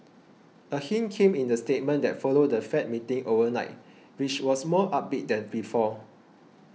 a hint came in the statement that followed the Fed meeting overnight which was more upbeat than before